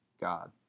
God